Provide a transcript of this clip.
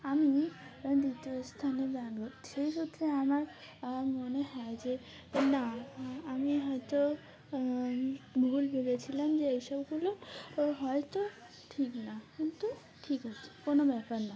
আমি দ্বিতীয় স্থানে ব্যান সেই সূত্রে আমার মনে হয় যে না আমি হয়তো ভুল ভেবেছিলাম যে এইসবগুলো হয়তো ঠিক না কিন্তু ঠিক আছে কোনো ব্যাপার না